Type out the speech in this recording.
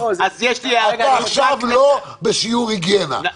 אתה עכשיו לא בשיעור היגיינה,